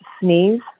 sneeze